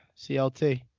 CLT